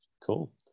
Cool